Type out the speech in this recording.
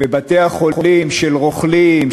בבתי-החולים של רוכלים,